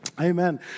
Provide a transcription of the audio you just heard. Amen